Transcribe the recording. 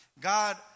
God